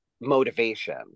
motivation